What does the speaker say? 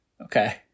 Okay